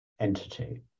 entity